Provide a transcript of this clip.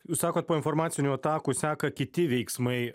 jūs sakot po informacinių atakų seka kiti veiksmai